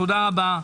תודה רבה.